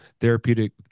therapeutic